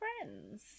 Friends